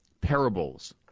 parables